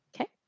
okay